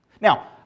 Now